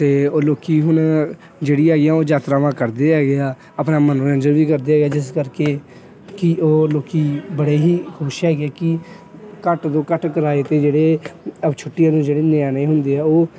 ਅਤੇ ਉਹ ਲੋਕ ਹੁਣ ਜਿਹੜੀ ਹੈਗੀ ਆ ਉਹ ਯਾਤਰਾਵਾਂ ਕਰਦੇ ਹੈਗੇ ਆ ਆਪਣਾ ਮਨੋਰੰਜਨ ਵੀ ਕਰਦੇ ਹੈਗੇ ਜਿਸ ਕਰਕੇ ਕਿ ਉਹ ਲੋਕ ਬੜੇ ਹੀ ਖੁਸ਼ ਹੈਗੇ ਕਿ ਘੱਟ ਤੋਂ ਘੱਟ ਕਿਰਾਏ 'ਤੇ ਜਿਹੜੇ ਛੁੱਟੀਆਂ ਨੂੰ ਜਿਹੜੇ ਨਿਆਣੇ ਹੁੰਦੇ ਆ ਉਹ